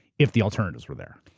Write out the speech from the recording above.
if the alternatives were there.